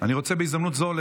בהזדמנות הזאת,